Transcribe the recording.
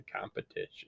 competition